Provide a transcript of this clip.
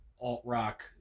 alt-rock